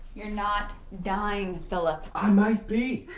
you're not dying, philip. i might be.